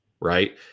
right